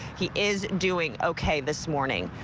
he is doing okay this morning.